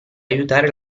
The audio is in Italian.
aiutare